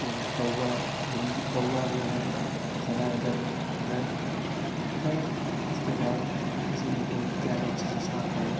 کہ کوا بلّی کوا جو ہے چلا ادھر ادھر خیر اس کے بعد کسی نے کہی کیا ہی اچھا اشعار پڑے